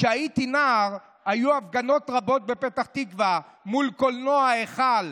כשהייתי נער היו הפגנות רבות בפתח תקווה מול קולנוע היכל,